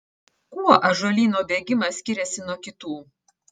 kuo ąžuolyno bėgimas skiriasi nuo kitų